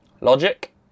Logic